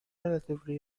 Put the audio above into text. relatively